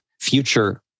future